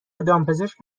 دامپزشک